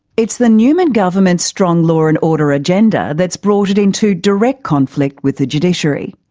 it's the newman government's strong law and order agenda that's brought it into direct conflict with the judiciary.